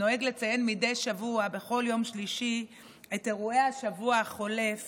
ונוהג לציין מדי שבוע בכל יום שלישי את אירועי השבוע החולף